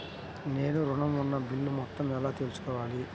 నేను ఋణం ఉన్న బిల్లు మొత్తం ఎలా తెలుసుకోవాలి?